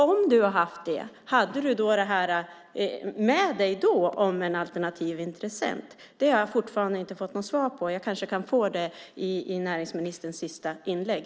Om du har haft det, hade du då med dig detta om en alternativ intressent? Det har jag fortfarande inte fått något svar på. Jag kanske får det i näringsministerns sista inlägg.